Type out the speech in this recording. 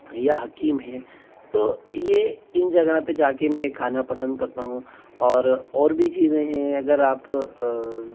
या हकीम है तो ये इन जगह पे जाके मैं खाना पसंद करता हूँ और और भी चीज़ें है अगर आप